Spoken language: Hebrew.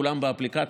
כולן באפליקציה,